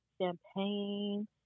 champagne